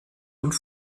und